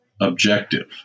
objective